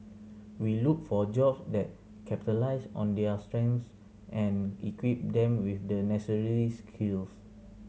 we look for job that capitalize on their strengths and equip them with the necessary skills